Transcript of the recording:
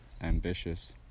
ambitious